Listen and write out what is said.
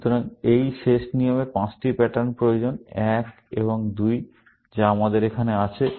সুতরাং এই শেষ নিয়মের পাঁচটি প্যাটার্ন প্রয়োজন এক এবং দুই যা আমাদের এখানে আছে